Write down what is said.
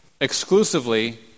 exclusively